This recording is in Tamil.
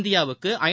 இந்தியாவுக்கு ஐ